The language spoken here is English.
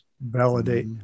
Validate